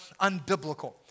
unbiblical